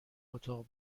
اتاق